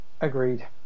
agreed